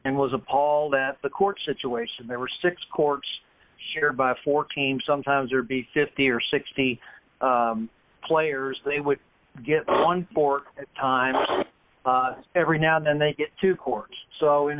and was appalled at the court situation there were six courts shared by four teams sometimes or be fifty or sixty players they would get on board time every now and then they get to court so in